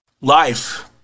Life